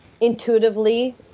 intuitively